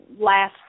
last